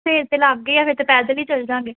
ਫਿਰ ਤਾਂ ਲਾਗੇ ਆ ਫਿਰ ਤਾਂ ਪੈਦਲ ਹੀ ਚੱਲ ਜਾਵਾਂਗੇ